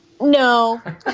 No